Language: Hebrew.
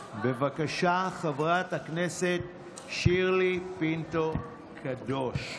בבקשה, חברת הכנסת שירלי פינטו קדוש.